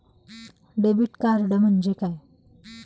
Debit card म्हणजे काय?